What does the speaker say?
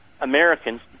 Americans